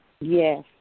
Yes